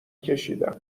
کشیدم